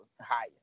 higher